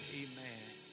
amen